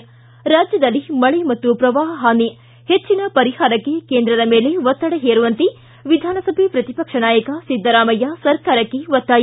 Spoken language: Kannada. ಿ ರಾಜ್ಯದಲ್ಲಿ ಮಳೆ ಮತ್ತು ಪ್ರವಾಹ ಹಾನಿ ಹೆಚ್ಚಿನ ಪರಿಹಾರಕ್ಕೆ ಕೇಂದ್ರದ ಮೇಲೆ ಒತ್ತಡ ಹೇರುವಂತೆ ವಿಧಾನಸಭೆ ಪ್ರತಿಪಕ್ಷ ನಾಯಕ ಸಿದ್ದರಾಮಯ್ಯ ಸರ್ಕಾರಕ್ಕೆ ಒತ್ತಾಯ